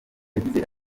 yagize